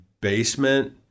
basement